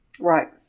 Right